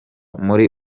muri